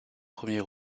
premier